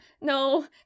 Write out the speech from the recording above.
no